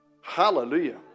Hallelujah